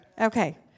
Okay